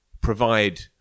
provide